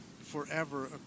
forever